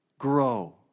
Grow